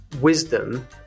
wisdom